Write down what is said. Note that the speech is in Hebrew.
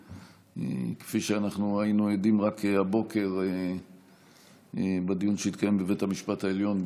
כפי שהיינו עדים רק הבוקר בדיון שהתקיים בבית המשפט העליון,